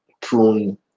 prune